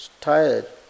tired